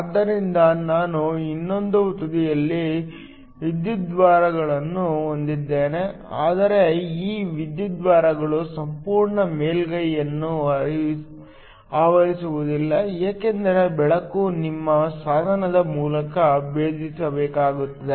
ಆದ್ದರಿಂದ ನಾನು ಇನ್ನೊಂದು ತುದಿಯಲ್ಲಿ ವಿದ್ಯುದ್ವಾರಗಳನ್ನು ಹೊಂದಿದ್ದೇನೆ ಆದರೆ ಈ ವಿದ್ಯುದ್ವಾರಗಳು ಸಂಪೂರ್ಣ ಮೇಲ್ಮೈಯನ್ನು ಆವರಿಸುವುದಿಲ್ಲ ಏಕೆಂದರೆ ಬೆಳಕು ನಿಮ್ಮ ಸಾಧನದ ಮೂಲಕ ಭೇದಿಸಬೇಕಾಗುತ್ತದೆ